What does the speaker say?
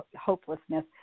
hopelessness